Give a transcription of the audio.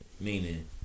Meaning